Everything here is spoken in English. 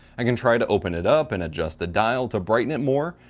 i can try to open it up and adjust a dial to brighten it more,